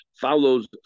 follows